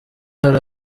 hari